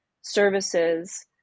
Services